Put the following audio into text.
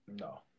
No